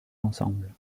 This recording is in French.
ensemble